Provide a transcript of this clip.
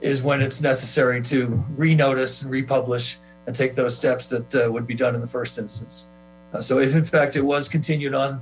is when it's necessary to re notice and republish and take those steps that would be done in the first instance so if in fact it was continued on